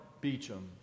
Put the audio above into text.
Beecham